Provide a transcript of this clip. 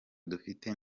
dufite